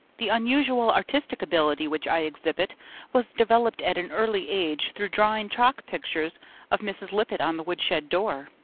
the unusual artistic ability which i exhibit was developed at an early age through drawing chalk pictures of mrs. lippett on the woodshed door.